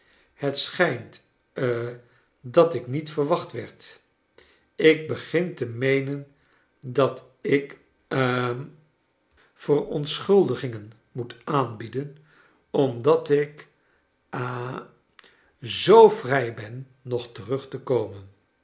het schijnt ha dat ik niet verwacht werd ik begin te meenen dat ik hm verontkleine dorkit schuldigingen meet aanbieden omdat ik ha zoo vrij ben nog terug te komen